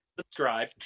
subscribe